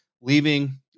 leaving